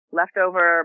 leftover